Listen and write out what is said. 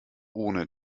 ohne